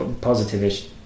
positive-ish